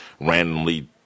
randomly